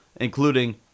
including